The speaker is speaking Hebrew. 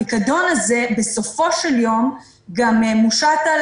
הפיקדון הזה בסופו של יום גם מושת על